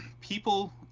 people